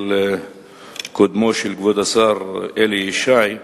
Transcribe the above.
של קודמו של כבוד השר אלי ישי,